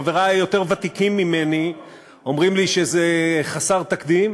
חברי היותר ותיקים ממני אומרים לי שזה חסר תקדים,